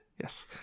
Yes